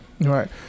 Right